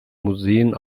museen